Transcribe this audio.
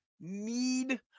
need